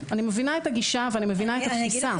אני מבינה את הגישה ואני מבינה את התפיסה.